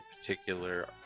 particular